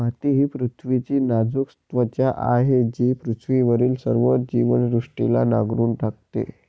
माती ही पृथ्वीची नाजूक त्वचा आहे जी पृथ्वीवरील सर्व जीवसृष्टीला नांगरून टाकते